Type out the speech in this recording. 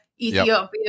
Ethiopia